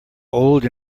old